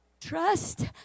trust